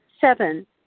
Seven